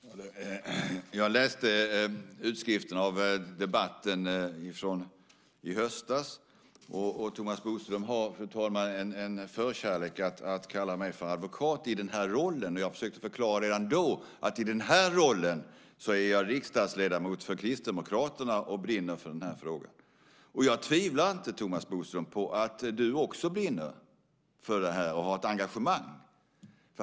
Fru talman! Jag läste utskriften från debatten i höstas, och Thomas Bodström har en förkärlek för att kalla mig för advokat i den här rollen. Jag försökte redan då förklara att min roll nu är att jag är riksdagsledamot för Kristdemokraterna och brinner för den här frågan. Jag tvivlar inte, Thomas Bodström, på att du också brinner för detta och har ett engagemang.